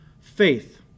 faith